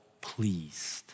pleased